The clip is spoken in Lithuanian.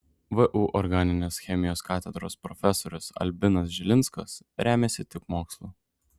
vu organinės chemijos katedros profesorius albinas žilinskas remiasi tik mokslu